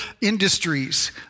industries